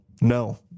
No